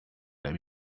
let